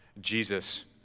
Jesus